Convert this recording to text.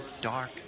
dark